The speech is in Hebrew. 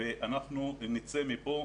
ואנחנו נצא מפה,